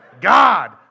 God